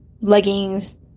leggings